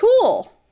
cool